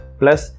plus